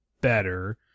better